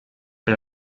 per